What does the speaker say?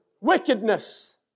Wickedness